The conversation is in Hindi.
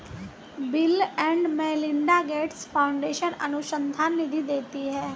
bill and Melinda Gates foundation अनुसंधान निधि देती है